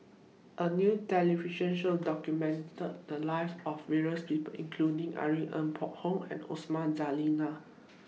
A New television Show documented The Lives of various People including Irene Ng Phek Hoong and Osman Zailani